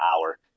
hour